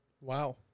wow